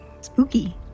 Spooky